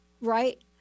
right